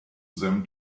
them